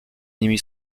nimi